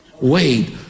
wait